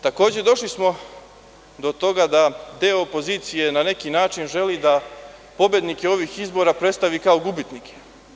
Takođe došli smo do toga da deo opozicije na neki način želi da pobednike ovih izbora predstavi kao gubitnike.